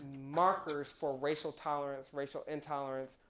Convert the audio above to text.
markers for racial tolerance, racial intolerance,